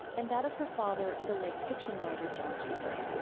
and that of her father, the late fiction writer john cheever.